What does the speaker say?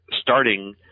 starting